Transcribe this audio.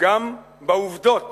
גם בעובדות